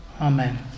Amen